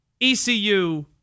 ECU